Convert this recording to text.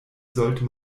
sollte